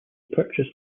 purchase